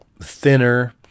thinner